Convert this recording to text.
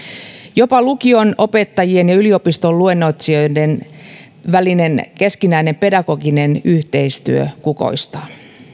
jopa lukion opettajien ja yliopiston luennoitsijoiden välinen keskinäinen pedagoginen yhteistyö kukoistaa